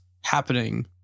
happening